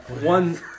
one